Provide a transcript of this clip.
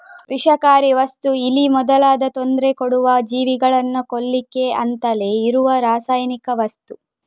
ವಿಷಕಾರಿ ವಸ್ತು ಇಲಿ ಮೊದಲಾದ ತೊಂದ್ರೆ ಕೊಡುವ ಜೀವಿಗಳನ್ನ ಕೊಲ್ಲಿಕ್ಕೆ ಅಂತಲೇ ಇರುವ ರಾಸಾಯನಿಕ ವಸ್ತು